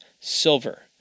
silver